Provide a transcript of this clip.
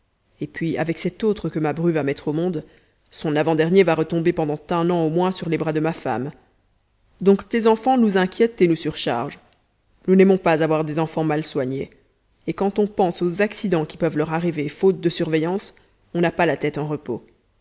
et puis avec cet autre que ma bru va mettre au monde son avant dernier va retomber pendant un an au moins sur les bras de ma femme donc tes enfants nous inquiètent et nous surchargent nous n'aimons pas à voir des enfants mal soignés et quand on pense aux accidents qui peuvent leur arriver faute de surveillance on n'a pas la tête en repos